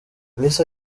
yahise